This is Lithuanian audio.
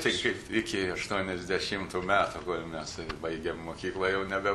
tai kaip iki aštuoniasdešimtų metų kol mes baigėm mokyklą jau nebe